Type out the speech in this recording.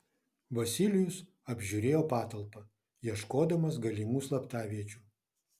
vasilijus apžiūrėjo patalpą ieškodamas galimų slaptaviečių